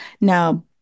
Now